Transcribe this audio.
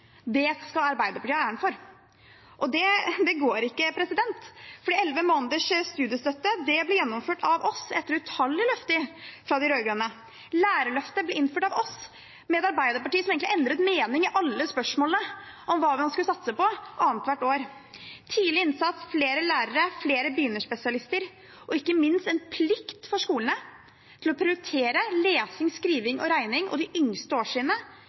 gjennomført, skal Arbeiderpartiet ha æren for. Det går ikke. Elleve måneders studiestøtte ble gjennomført av oss etter utallige løfter fra de rød-grønne. Lærerløftet ble innført av oss, med et Arbeiderparti som egentlig endret mening i alle spørsmålene om hva man skulle satse på, annethvert år. Tidlig innsats, flere lærere, flere begynnerspesialister og ikke minst en plikt for skolene til å prioritere lesing, skriving og regning og de yngste